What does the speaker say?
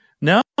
No